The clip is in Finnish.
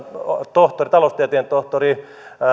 taloustieteen tohtori